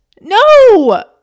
No